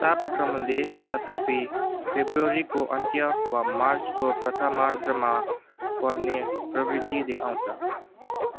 तापक्रमले तथापि फेब्रुअरीको अन्त्य वा मार्चको प्रथमार्धमा बढ्ने प्रवृत्ति देखाउँदछ